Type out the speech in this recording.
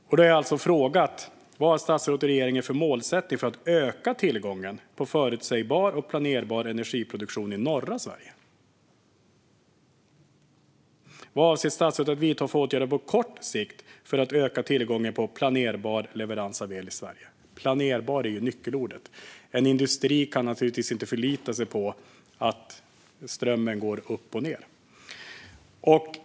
Jag har frågat vad statsrådet och regeringen har för målsättning när det gäller att öka tillgången på förutsägbar och planerbar energiproduktion i norra Sverige. Vilka åtgärder avser statsrådet att vidta på kort sikt för att öka tillgången på planerbar leverans av el i Sverige? "Planerbar" är nyckelordet. En industri kan inte förlita sig på ström som kommer och går. Fru talman!